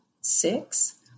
six